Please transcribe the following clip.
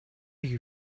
you